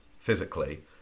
physically